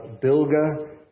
Bilga